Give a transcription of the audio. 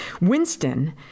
Winston